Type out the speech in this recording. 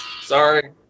Sorry